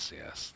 yes